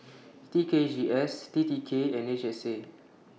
T K G S T T K and H S A